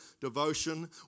devotion